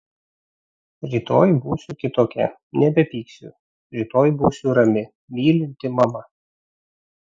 rytoj būsiu kitokia nebepyksiu rytoj būsiu rami mylinti mama